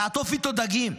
לעטוף איתו דגים.